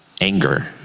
anger